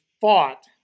fought